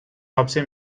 hapse